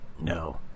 no